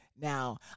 Now